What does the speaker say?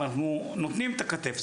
ואנחנו נותנים את הכתף,